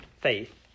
faith